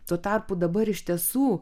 tuo tarpu dabar iš tiesų